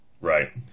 Right